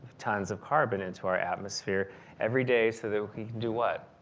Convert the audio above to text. tons of carbon into our atmosphere every day. so that we can do what,